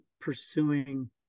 pursuing